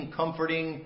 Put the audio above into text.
comforting